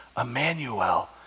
Emmanuel